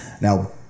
Now